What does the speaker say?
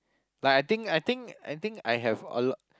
like I think I think I think I have a lot